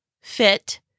fit